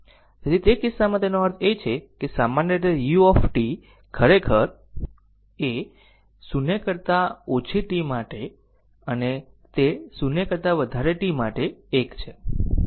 તેથી તે કિસ્સામાં તેનો અર્થ એ છે કે સામાન્ય રીતે u ખરેખર 0 એ 0 કરતાં ઓછી t માટે અને તે 0 કરતા વધારે t માટે 1 છે